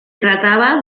trataba